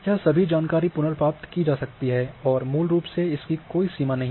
यह सभी जानकारी पुनर्प्राप्त की जा सकती है और मूल रूप से इसकी कोई सीमा नहीं है